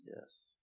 Yes